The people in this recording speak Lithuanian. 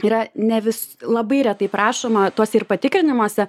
yra ne vis labai retai prašoma tuose ir patikrinimuose